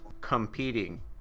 competing